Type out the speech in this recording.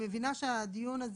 שהדיון על